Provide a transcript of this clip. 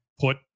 put